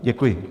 Děkuji.